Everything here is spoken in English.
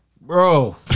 Bro